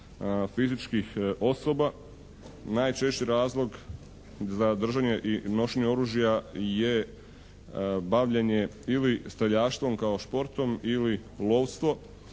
fizičkih osoba, najčešći razlog za držanje i nošenje oružja je bavljenje ili streljaštvom kao športom ili lovstvo